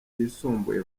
ryisumbuye